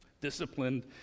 disciplined